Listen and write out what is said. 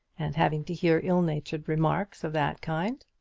and having to hear ill-natured remarks of that kind.